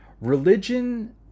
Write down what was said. Religion